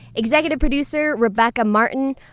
executive producer rebecca martin,